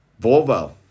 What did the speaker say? Volvo